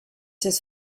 his